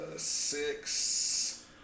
Six